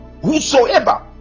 whosoever